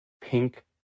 pink